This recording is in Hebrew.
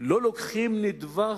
לא לוקחים יסוד,